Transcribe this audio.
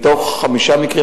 מתוך חמישה מקרים,